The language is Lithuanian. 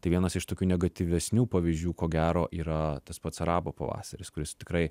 tai vienas iš tokių negatyvesnių pavyzdžių ko gero yra tas pats arabo pavasaris kuris tikrai